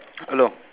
hello